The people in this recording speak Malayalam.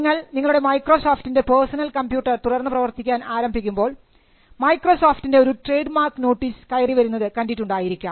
നിങ്ങൾ നിങ്ങളുടെ മൈക്രോ സോഫ്റ്റിൻറെ പേഴ്സണൽ കമ്പ്യൂട്ടർ തുറന്നു പ്രവർത്തിക്കാൻ ആരംഭിക്കുമ്പോൾ മൈക്രോസോഫ്റ്റിൻറെ ഒരു ട്രേഡ്മാർക്ക് നോട്ടീസ് കയറിവരുന്നത് കണ്ടിട്ടുണ്ടായിരിക്കാം